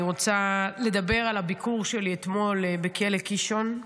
אני רוצה לדבר על הביקור שלי אתמול בכלא קישון.